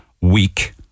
week